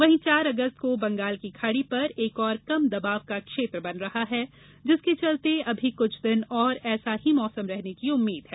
वहीं चार अगस्त को बंगाल की खाड़ी पर एक और कम दबाव का क्षेत्र बन रहा है जिसके चलते अभी कुछ दिन और ऐसा ही मौसम रहने की उम्मीद है